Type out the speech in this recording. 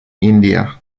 india